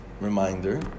reminder